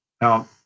Now